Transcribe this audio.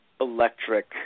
Electric